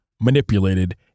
manipulated